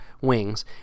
wings